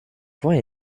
points